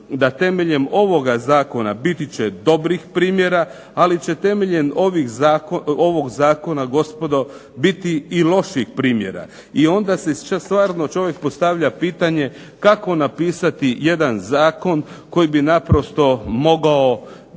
da temeljem ovoga zakona biti će dobrih primjera, ali će temeljem ovog zakona gospodo biti i loših primjera. I onda si stvarno čovjek postavlja pitanje kako napisati jedan zakon koji bi naprosto mogao